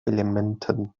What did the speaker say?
elementen